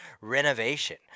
Renovation